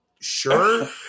sure